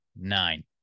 nine